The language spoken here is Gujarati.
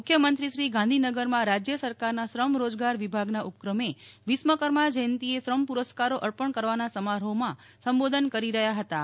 મુખ્યમંત્રી શ્રી ગાંધીનગરમાં રાજ્ય સરકારના શ્રમ રોજગાર વિભાગના ઉપક્રમે વિશ્વકર્મા જયંતિએ શ્રમ પુરસ્કારો અર્પણ કરવાના સમારોહમાં સંબોધન કરી રહ્યાં હતાં